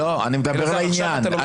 לא, אני מדבר לעניין.